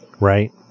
Right